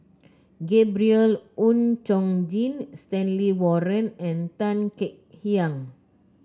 Gabriel Oon Chong Jin Stanley Warren and Tan Kek Hiang